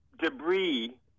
debris